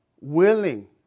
willing